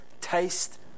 taste